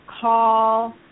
call